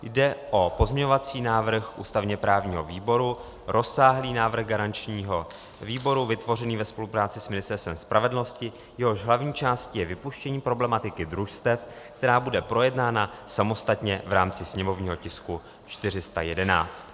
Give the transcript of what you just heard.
Jde o pozměňovací návrh ústavněprávního výboru, rozsáhlý návrh garančního výboru vytvořený ve spolupráci s Ministerstvem spravedlnosti, jehož hlavní částí je vypuštění problematiky družstev, která bude projednána samostatně v rámci sněmovního tisku 411.